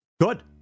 Good